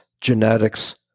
genetics